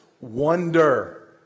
wonder